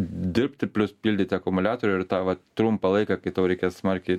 dirbti plius pildyti akumuliatorių ir tą va trumpą laiką kai tau reikės smarkiai